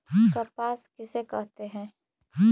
कपास किसे कहते हैं?